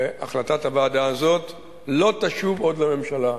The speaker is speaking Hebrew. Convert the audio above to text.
החלטת הוועדה הזאת לא תשוב עוד לממשלה.